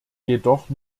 jedoch